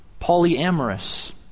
polyamorous